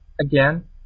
Again